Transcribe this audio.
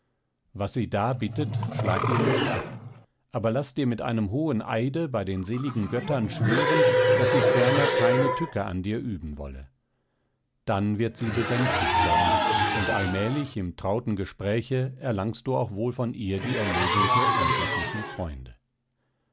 was sie da bittet schlag ihr nicht ab aber laß dir mit einem hohen eide bei den seligen göttern schwören daß sie ferner keine tücke an dir üben wolle dann wird sie besänftigt sein und allmählich im trauten gespräche erlangst du auch wohl von ihr die erlösung der unglücklichen freunde